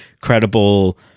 credible